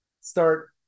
start